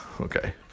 Okay